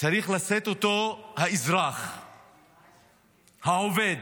צריך לשאת האזרח העובד?